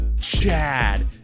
Chad